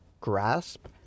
grasp